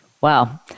Wow